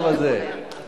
הצעת חוק הכניסה לישראל (תיקון מס' 22),